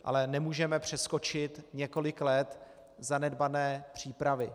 Ale nemůžeme přeskočit několik let zanedbané přípravy.